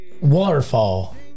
Waterfall